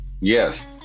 Yes